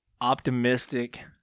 optimistic